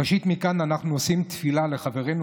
ראשית מכאן אנחנו נושאים תפילה לחברנו